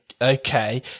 okay